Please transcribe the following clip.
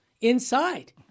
inside